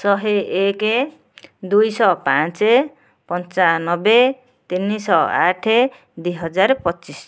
ଶହେ ଏକ ଦୁଇଶହ ପାଞ୍ଚ ପଞ୍ଚାନବେ ତିନିଶହ ଆଠ ଦୁଇହଜାର ପଚିଶି